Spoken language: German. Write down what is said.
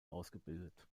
ausgebildet